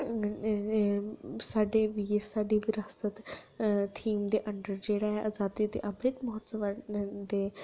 साढ़े बीर साढ़े बरासत थीम दे अंडर जेह्ड़ा ऐ अजादी दे अमृत महोत्सव दे